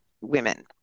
women